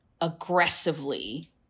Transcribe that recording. aggressively